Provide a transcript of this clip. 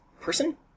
person